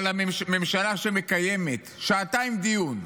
אבל ממשלה שמקיימת שעתיים דיון,